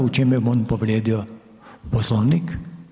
U čemu je on povrijedio Poslovnik.